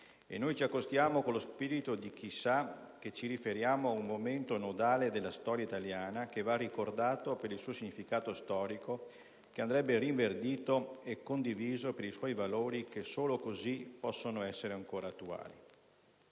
e noi ci accostiamo con lo spirito di chi sa che ci riferiamo a un momento nodale della storia italiana che va ricordato per il suo significato storico, che andrebbe rinverdito e condiviso per i suoi valori, che solo così possono essere ancora attuali.